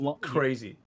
crazy